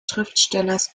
schriftstellers